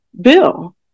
bill